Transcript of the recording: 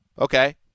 Okay